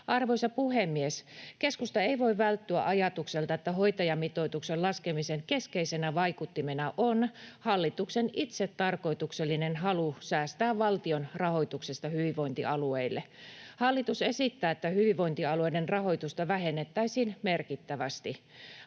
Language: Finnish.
Arvoisa puhemies! Keskusta ei voi välttyä ajatukselta, että hoitajamitoituksen laskemisen keskeisenä vaikuttimena on hallituksen itsetarkoituksellinen halu säästää valtion rahoituksesta hyvinvointialueille. Hallitus esittää, että hyvinvointialueiden rahoitusta vähennettäisiin merkittävästi.